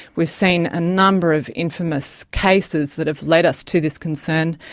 we've seen a number of infamous cases that have led us to this concern.